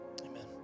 amen